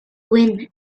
wind